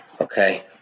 Okay